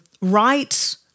Right